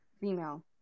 female